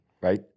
right